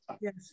Yes